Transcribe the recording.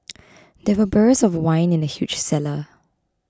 there were barrels of wine in the huge cellar